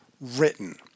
written